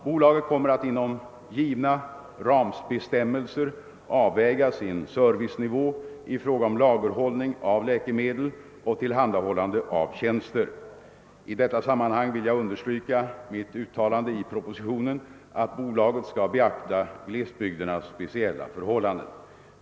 Bolaget kommer att inom givna rambestämmelser avväga sin servicenivå i fråga om lagerhållning av läkemedel och tillhandahållande av tjänster. I detta sammanhang vill jag understryka mitt uttalande i propositionen att bolaget skall beakta glesbygdernas speciella förhållanden.